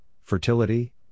Fertility